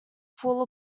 pull